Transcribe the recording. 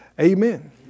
amen